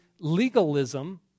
legalism